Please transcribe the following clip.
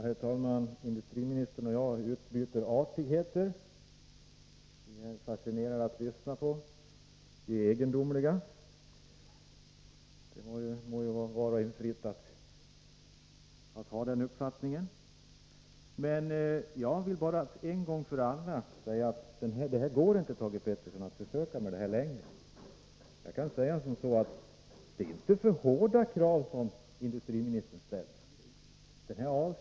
Herr talman! Industriministern och jag utbyter artigheter. Han säger att vi är egendomliga. Det må stå var och en fritt att ha den uppfattningen. Men jag vill en gång för alla säga att det går inte längre att föra en sådan debatt. Vi anser inte att industriministern ställer för hårda krav.